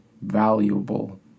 valuable